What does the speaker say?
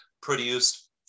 produced